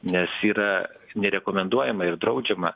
nes yra nerekomenduojama ir draudžiama